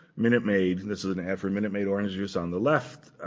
minute maid and this is an ad for minute maid orange juice on the left.